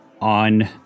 on